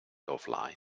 offline